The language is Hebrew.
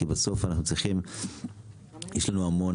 כי בסוף יש לנו המון,